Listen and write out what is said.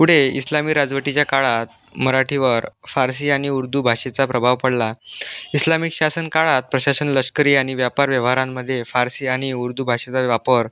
पुढे इस्लामी राजवटीच्या काळात मराठीवर फारसी आणि उर्दू भाषेचा प्रभाव पडला इस्लामिक शासन काळात प्रशासन लष्करी आणि व्यापार व्यवहारांमध्ये फारसी आणि उर्दू भाषेचा वापर